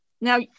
Now